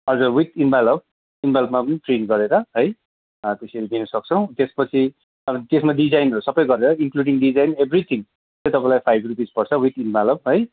हजुर with envelope इनभ्यालपमा पनि प्रिन्ट गरेर है त्यसरी दिनसक्छौँ त्यसपछि त्यसमा डिजाइनहरू सबै गरेर इनक्लुडिङ डिजाइन इभ्रीथिङ चाहिँ तपाईँलाई फाइभ रुपिस पर्छ विथ इन्भ्यालप है